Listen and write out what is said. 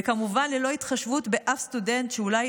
וכמובן ללא התחשבות באף סטודנט שאולי,